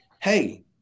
hey